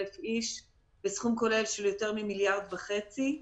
איש בסכום כולל של יותר ממיליארד וחצי.